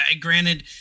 granted